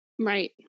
right